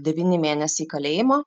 devyni mėnesiai kalėjimo